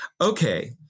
Okay